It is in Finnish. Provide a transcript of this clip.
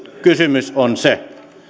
kysymys on se